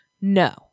No